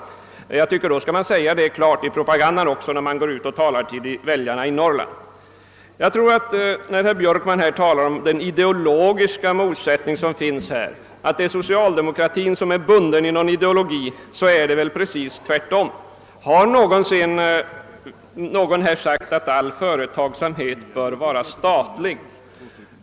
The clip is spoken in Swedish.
Jag tycker att man då skall säga detta klart i propagandan också när man går ut och talar till väljarna i Norrland. Herr Björkman talar om den ideologiska motsättning som finns här och säger, att socialdemokratin skulle vara bunden i någon ideologi, men det är väl precis tvärtom. Har någonsin någon här sagt, att all företagsamhet bör vara statlig?